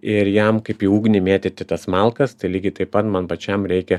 ir jam kaip į ugnį mėtyti tas malkas tai lygiai taip pat man pačiam reikia